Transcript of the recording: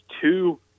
two